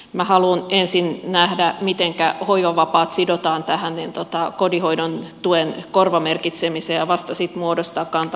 minä haluan ensin nähdä mitenkä hoivavapaat sidotaan tähän kotihoidon tuen korvamerkitsemiseen ja vasta sitten muodostaa kantani siitä